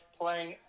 playing